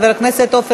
כן.